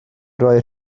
roi